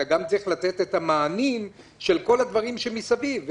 אתה גם צריך לתת את המענים לכל הדברים שמסביב,